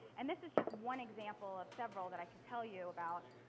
and this is just one example of several that i could tell you about.